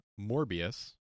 Morbius